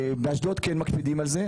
באשדוד כן מקפידים על זה,